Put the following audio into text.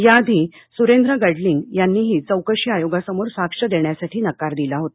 याआधी सुरेंद्र गडलिंग यांनीही चौकशी आयोगासमोर साक्ष देण्यासाठी नकार दिला होता